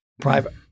Private